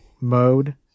mode